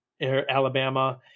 Alabama